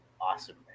awesome